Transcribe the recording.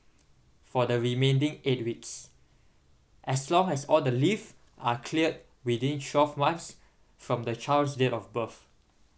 for the remaining eight weeks as long as all the leaves are cleared within twelve months from the child's date of birth